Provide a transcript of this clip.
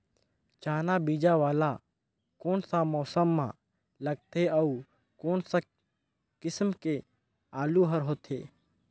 चाना बीजा वाला कोन सा मौसम म लगथे अउ कोन सा किसम के आलू हर होथे?